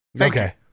Okay